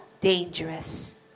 dangerous